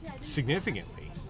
significantly